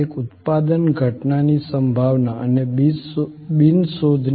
આ બધું છે પછી ભલે તે ભોજનાલય હોય તે નર્સિંગ હોમમાં હોય પછી તમે તમારા ડિસ્ચાર્જ પોઈન્ટ પર હોવ